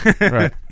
right